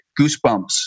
goosebumps